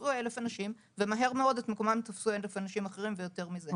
הוצאו 1,000 אנשים ומהר מאוד את מקומם תפסו 1,000 אנשים ויותר מזה.